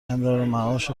امرارمعاش